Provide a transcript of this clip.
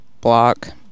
block